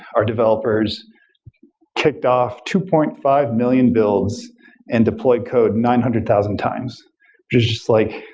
our developers kicked off two point five million builds and deployed code nine hundred thousand times, which is just like